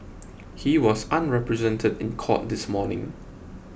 he was unrepresented in court this morning